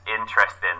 interesting